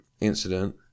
incident